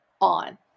on